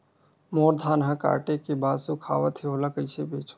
मोर धान ह काटे के बाद सुखावत हे ओला कइसे बेचहु?